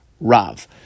Rav